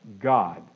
God